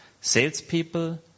Salespeople